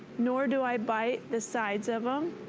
nor do i bite the sides of um